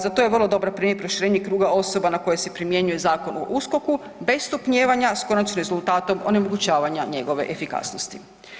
Za to je vrlo dobar primjer proširenje kruga osoba na koje se primjenjuje Zakon o USKOK-u, bez stupnjevanja s konačnim rezultatom onemogućavanja njegove efikasnosti.